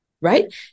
right